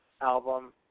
album